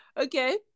Okay